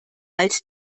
als